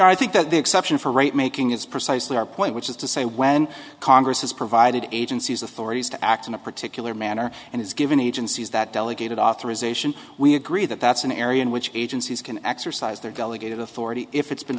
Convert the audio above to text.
i think that the exception for right making is precisely our point which is to say when congress has provided agencies authorities to act in a particular manner and is given agencies that delegated authorization we agree that that's an area in which agencies can exercise their delegated authority if it's been